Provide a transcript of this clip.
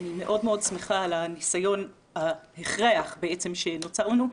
אני מאוד מאוד שמחה על הניסיון, ההכרח שנוצר ממנו.